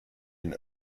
den